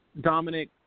Dominic